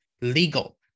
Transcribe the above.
legal